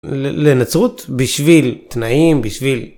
לנצרות בשביל תנאים בשביל.